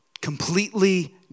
completely